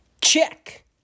Check